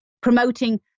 promoting